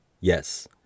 Yes